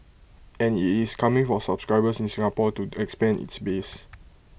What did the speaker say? and IT is coming for subscribers in Singapore to expand its base